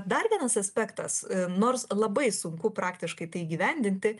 dar vienas aspektas nors labai sunku praktiškai tai įgyvendinti